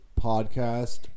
podcast